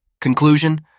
Conclusion